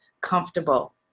comfortable